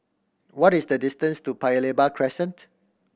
what is the distance to Paya Lebar Crescent